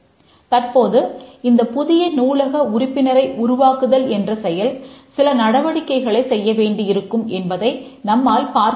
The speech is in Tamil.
தற்போது இந்த புதிய நூலக உறுப்பினரை உருவாக்குதல் என்ற செயல் சில நடவடிக்கைகளைச் செய்ய வேண்டியிருக்கும் என்பதை நம்மால் பார்க்க முடிகிறது